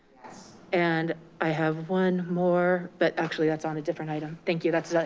yes! and i have one more, but actually, that's on a different item. thank you, that's